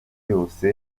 yose